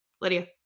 Lydia